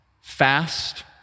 fast